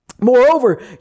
Moreover